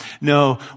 No